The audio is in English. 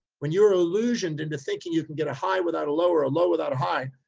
when you were illusioned into thinking, you can get a high without a lower, a low, without a high,